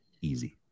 easy